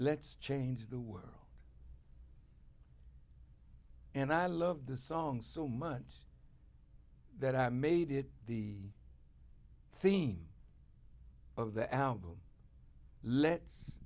let's change the world and i love the song so much that i made it the theme of the album let's